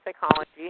psychology